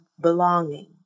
belonging